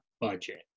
budget